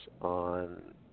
on